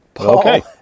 Okay